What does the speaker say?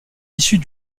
issues